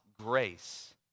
grace